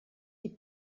die